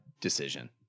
decision